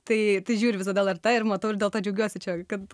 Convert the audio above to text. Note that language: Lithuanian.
tai tai žiūriu visada lrt ir matau ir dėl to džiaugiuosi čia kad